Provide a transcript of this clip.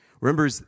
Remember